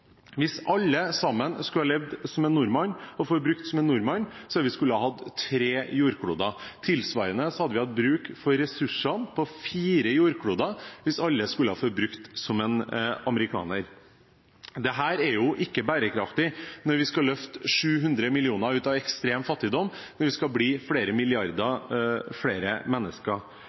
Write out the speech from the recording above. Hvis alle skulle leve som en nordmann, og forbruke som en nordmann, måtte vi hatt tre jordkloder. Tilsvarende ville vi hatt bruk for ressursene på fire jordkloder hvis alle skulle forbruke som en amerikaner. Dette er ikke bærekraftig når vi skal løfte 700 millioner ut av ekstrem fattigdom, og når vi skal bli flere